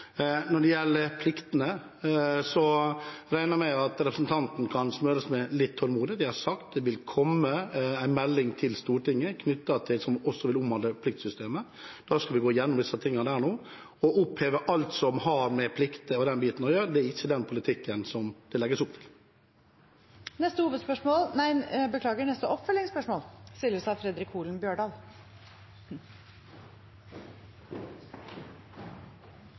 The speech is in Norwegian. Når det gjelder pliktene, regner jeg med at representanten kan smøre seg med litt tålmodighet. Jeg har sagt at det vil komme en melding til Stortinget som også vil omhandle pliktsystemet. Der skal vi gå gjennom disse tingene. Å oppheve alt som har med plikter og den biten å gjøre, er ikke den politikken det legges opp til. Fredric Holen Bjørdal – til oppfølgingsspørsmål.